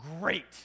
Great